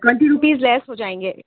twenty rupees less हो जाएँगे